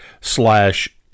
slash